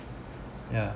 yeah